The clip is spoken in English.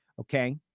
okay